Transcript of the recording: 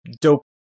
dope